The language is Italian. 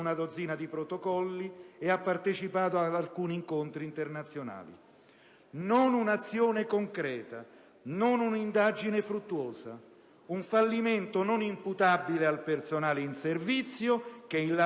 su un profilo più alto, come ci invitava a fare l'ultimo intervento con una puntuale ricostruzione degli articoli del disegno di legge.